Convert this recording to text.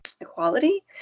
equality